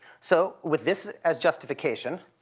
so, with this as justification,